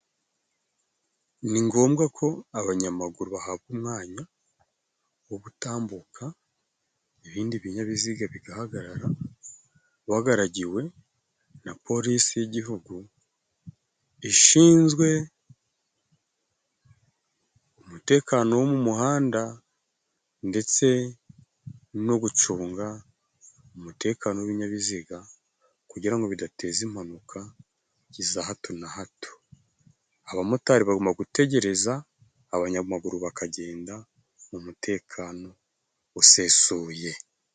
Ni ngombwa ko abanyamaguru bahabwa umwanya wo gutambuka , ibindi binyabiziga bigahagarara, bagaragiwe na Polisi y'Igihugu ishinzwe umutekano wo mu muhanda, ndetse no gucunga umutekano w'ibinyabiziga, kugira ngo bidateza impanuka iza hato na hato. Abamotari bagomba gutegereza, abanyamaguru bakagenda mu mutekano usesuye.